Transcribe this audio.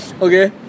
Okay